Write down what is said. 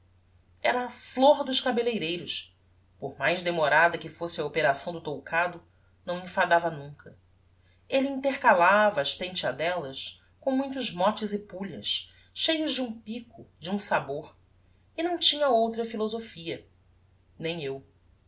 era a flor dois cabelleireiros por mais demorada que fosse a operação do toucado não enfadava nunca elle intercalava as penteadelas com muitos motes e pulhas cheios de um pico de um sabor e não tinha outra philosophia nem eu